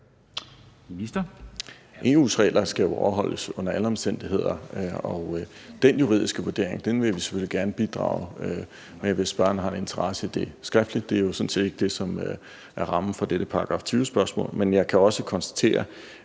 EU's regler skal jo overholdes under alle omstændigheder, og den juridiske vurdering vil vi selvfølgelig gerne bidrage med, hvis spørgeren har interesse i det. At gøre det skriftligt er jo sådan set ikke det, som er rammen for dette § 20-spørgsmål, men jeg kan også konstatere,